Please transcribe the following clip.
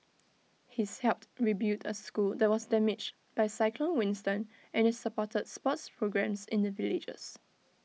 he's helped rebuild A school that was damaged by cyclone Winston and is supported sports programmes in the villages